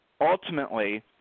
ultimately